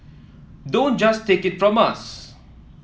don't just take it from us